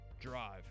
Drive